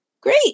great